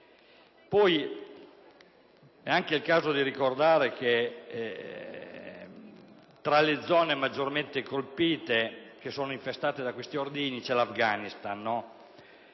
È anche il caso di ricordare che tra le zone maggiormente colpite ed infestate da questi ordigni c'è l'Afghanistan, dove